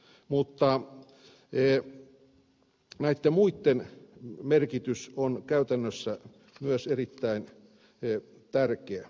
myös näitten muitten merkitys on käytännössä erittäin tärkeä